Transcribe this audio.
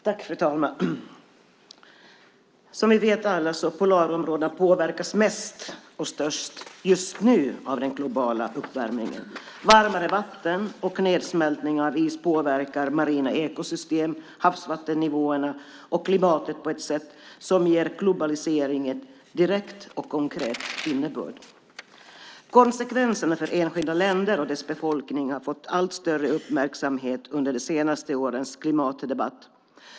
Fru talman! Som vi alla vet påverkas polarområdena just nu mest och störst av den globala uppvärmningen. Varmare vatten och nedsmältning av is påverkar marina ekosystem, havsvattennivåerna och klimatet på ett sätt som ger globaliseringen en direkt och konkret innebörd. Konsekvenserna för enskilda länder och deras befolkning har fått allt större uppmärksamhet under de senaste årens klimatdebatt.